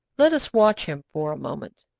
let us watch him for a moment.